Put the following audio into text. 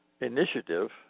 initiative